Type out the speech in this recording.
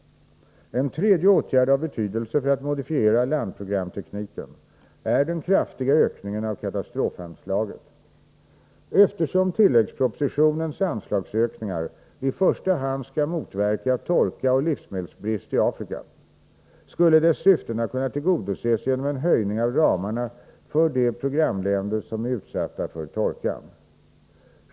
En tredje åtgärd av betydelse för att modifiera landprogramtekniken är den kraftiga ökningen av katastrofanslaget. Eftersom tilläggspropositionens anslagsökningar i första hand skall motverka torka och livsmedelsbrist i Afrika, skulle dess syften ha kunnat tillgodoses genom en höjning av ramarna för de programländer som är utsatta för torkan.